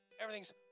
Everything's